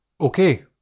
Okay